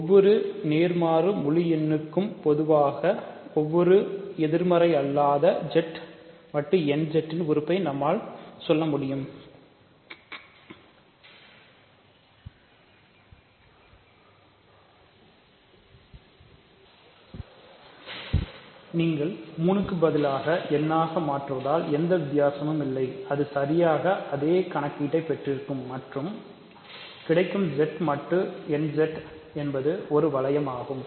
ஒவ்வொரு நேர்மாறு முழு எண்ணிற்கும் பொதுவாக ஒவ்வொரு எதிர்மறை அல்லாத Z மட்டு n Z ன் உறுப்பை நம்மால் சொல்ல முடியும் நீங்கள் 3 க்கு பதிலாக n ஆக மாற்றுவதால் எந்த வித்தியாசமும் இல்லை அது சரியாக அதே கணக்கீட்டை பெற்றிருக்கும் மற்றும் கிடைக்கும் Z mod n Z கிடைக்கும் என்பது ஒரு வளையம் ஆகும்